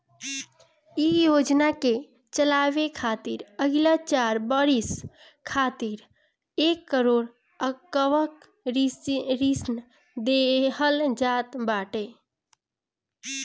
इ योजना के चलावे खातिर अगिला चार बरिस खातिर एक करोड़ कअ ऋण देहल गईल बाटे